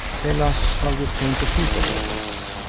tell us how you came to think of all this?